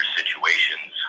situations